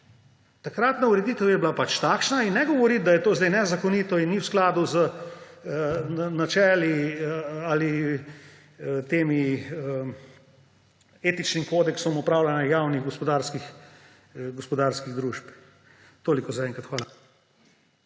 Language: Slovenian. Takratna ureditev je bila pač takšna; in ne govoriti, da je to zdaj nezakonito in ni v skladu z načeli ali tem etičnim kodeksom upravljanja javnih gospodarskih družb. Toliko zaenkrat hvala.